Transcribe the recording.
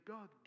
God